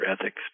ethics